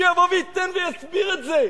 שיבוא וייתן ויסביר את זה.